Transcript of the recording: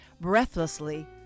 breathlessly